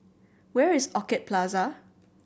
where is Orchid Plaza